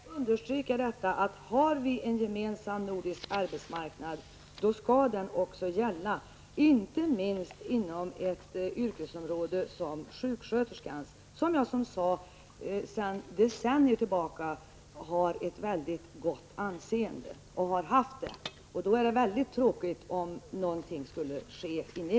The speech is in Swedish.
Herr talman! Jag vill verkligen understryka det faktum, att om vi har en gemensam nordisk arbetsmarknad, skall den också gälla, inte minst inom ett sådant yrkesområde som sjuksköterskans, vilket — som jag tidigare sade —— Prot. 1985/86:27 sedan decennier tillbaka har ett mycket gott anseende. Det är således mycket — 14 november 1985 tråkigt om någonting negativt skulle ske här.